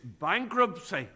bankruptcy